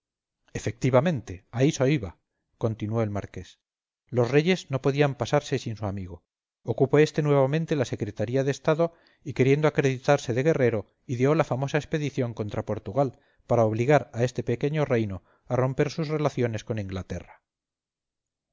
efectivamente a eso iba continuó el marqués los reyes no podían pasarse sin su amigo ocupó éste nuevamente la secretaría de estado y queriendo acreditarse de guerrero ideó la famosa expedición contra portugal para obligar a este pequeño reino a romper sus relaciones con inglaterra